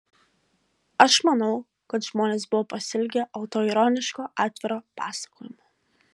aš manau kad žmonės buvo pasiilgę autoironiško atviro pasakojimo